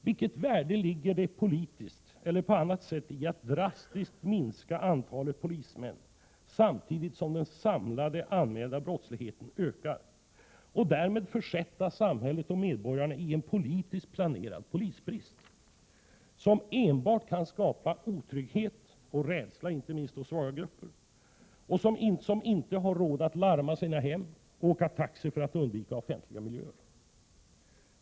Vilket värde ligger det politiskt eller på annat sätt i att drastiskt minska antalet polismän, samtidigt som den samlade anmälda brottsligheten ökar, och därmed försätta samhället och medborgarna i en politiskt planerad polisbrist, som enbart kan skapa ökad otrygghet och rädsla, inte minst hos svaga grupper, som inte har råd att larma sina hem och åka taxi för att undvika offentliga miljöer?